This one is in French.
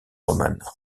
romane